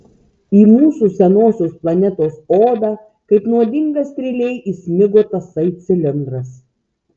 į mūsų senosios planetos odą kaip nuodinga strėlė įsmigo tasai cilindras